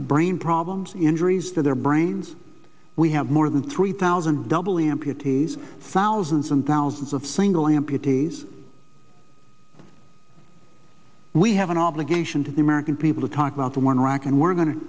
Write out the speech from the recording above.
brain problems injuries to their brains we have more than three thousand double amputees thousands and thousands of single amputees we have an obligation to the american people to talk about the war in iraq and we're go